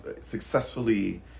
successfully